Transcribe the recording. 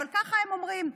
אבל ככה הם אומרים: